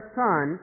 son